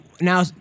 now